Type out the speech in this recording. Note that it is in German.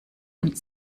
und